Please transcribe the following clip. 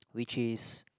which is